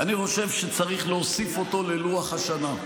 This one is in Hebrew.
אני חושב שצריך להוסיף אותו ללוח השנה.